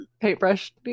paintbrush